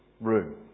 room